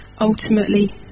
ultimately